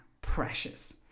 precious